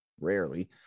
rarely